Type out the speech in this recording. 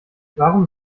warum